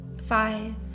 Five